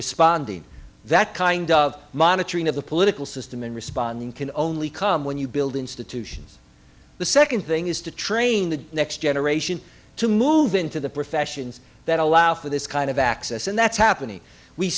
responding that kind of monitoring of the political system in responding can only come when you build institutions the second thing is to train the next generation to move into the professions that allow for this kind of access and that's happening we